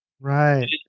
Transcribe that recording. Right